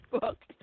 book